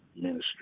ministry